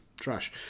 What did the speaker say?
trash